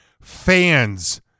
Fans